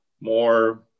more